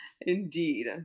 Indeed